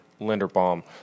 Linderbaum